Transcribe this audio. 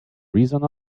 reason